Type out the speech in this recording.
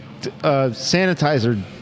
sanitizer